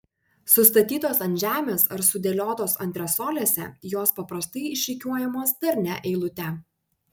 sustatytos ant žemės ar sudėliotos antresolėse jos paprastai išrikiuojamos darnia eilute